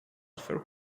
for